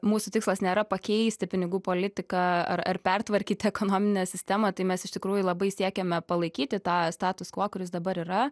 mūsų tikslas nėra pakeisti pinigų politiką ar ar pertvarkyti ekonominę sistemą tai mes iš tikrųjų labai siekiame palaikyti tą status kvo kuris dabar yra